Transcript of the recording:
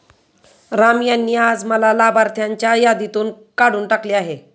राम यांनी आज मला लाभार्थ्यांच्या यादीतून काढून टाकले आहे